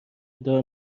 دار